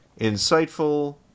insightful